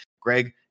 greg